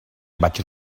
vaig